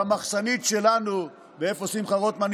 במחסנית שלנו, איפה שמחה רוטמן?